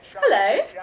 Hello